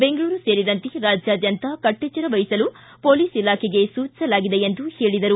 ಬೆಂಗಳೂರು ಸೇರಿದಂತೆ ರಾಜ್ಯಾದ್ಯಂತ ಕಟ್ಟೆಚ್ಚರ ವಹಿಸಲು ಪೊಲೀಸ್ ಇಲಾಖೆಗೆ ಸೂಚಿಸಲಾಗಿದೆ ಎಂದರು